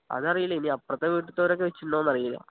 അതറിയില്ല ഇനി അപ്പുറത്തെ വീട്ടിലേത്തോരൊക്കെ വച്ചിട്ടുണ്ടോ എന്നറിയില്ല